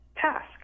task